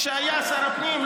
כשהיה שר הפנים,